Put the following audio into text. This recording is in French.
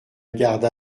garde